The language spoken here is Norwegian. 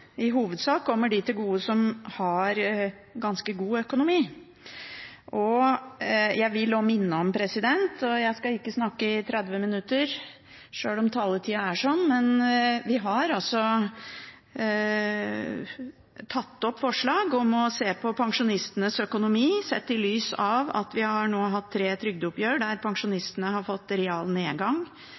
i hovedsak kommer dem til gode som har ganske god økonomi. Jeg vil også minne om –jeg skal ikke snakke i 30 minutter, selv om det er taletiden – at vi har tatt opp forslag om å se på pensjonistenes økonomi, sett i lys av at vi nå har hatt tre trygdeoppgjør der pensjonistene har fått